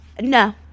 No